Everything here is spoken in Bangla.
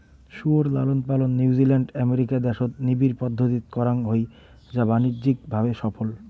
শুয়োর লালনপালন নিউজিল্যান্ড, আমেরিকা দ্যাশত নিবিড় পদ্ধতিত করাং হই যা বাণিজ্যিক ভাবে সফল